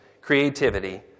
creativity